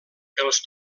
els